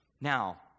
Now